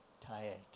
tired